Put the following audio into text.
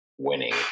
Winning